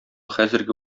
хәзерге